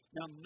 Now